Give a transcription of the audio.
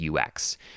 UX